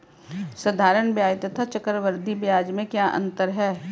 साधारण ब्याज तथा चक्रवर्धी ब्याज में क्या अंतर है?